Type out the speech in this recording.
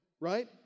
right